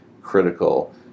critical